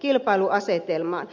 kilpailuasetelmaan